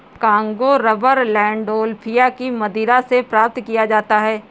Congo rubber Landolphia की मदिरा से प्राप्त किया जाता है